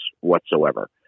whatsoever